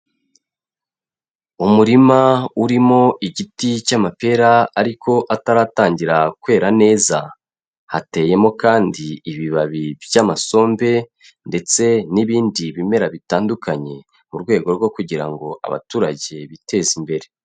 Umurima urimo igiti cy'amapera ariko ataratangira kwera neza, hateyemo kandi ibibabi by'amasombe ndetse n'ibindi bimera bitandukanye, mu rwego rwo kugira ngo abaturage biteze imbere.